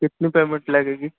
कितनी पेमेंट लगेगी